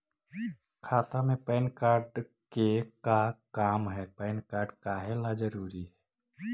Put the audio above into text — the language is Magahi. खाता में पैन कार्ड के का काम है पैन कार्ड काहे ला जरूरी है?